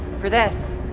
for this.